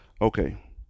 okay